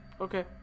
Okay